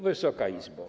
Wysoka Izbo!